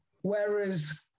Whereas